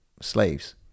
slaves